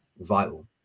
vital